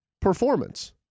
performance